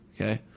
Okay